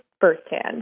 firsthand